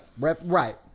right